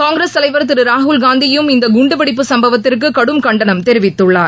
காங்கிரஸ் தலைவர் திரு ராகுல்காந்தியும் இந்த குண்டுவெடிப்பு சம்பவத்திற்கு கண்டனம் தெரிவித்துள்ளார்